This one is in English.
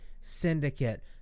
Syndicate